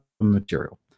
material